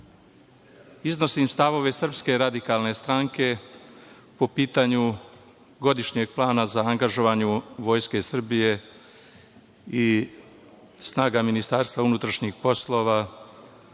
iznosim stavove SRS po pitanju godišnjeg plana za angažovanje Vojske Srbije i snaga Ministarstva unutrašnjih poslova